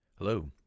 Hello